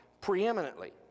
preeminently